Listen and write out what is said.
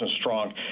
strong